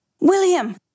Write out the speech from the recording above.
William